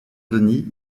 denis